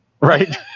Right